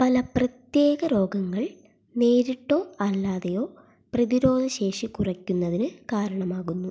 പല പ്രത്യേക രോഗങ്ങൾ നേരിട്ടോ അല്ലാതെയോ പ്രതിരോധശേഷി കുറയ്ക്കുന്നതിന് കാരണമാകുന്നു